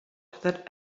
that